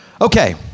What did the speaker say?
Okay